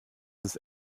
ist